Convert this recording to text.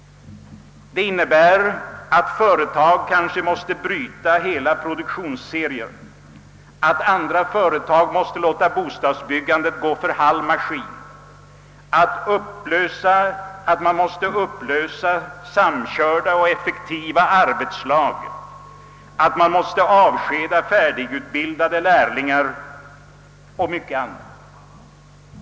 Det innebär att vissa företag kanske måste bryta hela produktionsserier, att andra företag måste låta bostadsbyggandet gå för halv maskin, att samkörda och effektiva arbetslag måste upplösas, att färdigutbildade lärlingar måste avskedas och mycket annat.